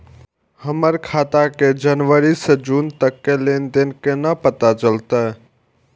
हमर खाता के जनवरी से जून तक के लेन देन केना पता चलते?